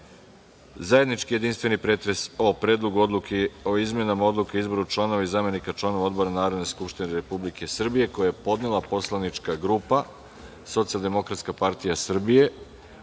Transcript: pretres o Predlogu odluke o izmenama odluke o izboru članova i zamenika članova odbora Narodne skupštine Republike Srbije, koji je podnela poslanička grupa Socijaldemokratska partija Srbije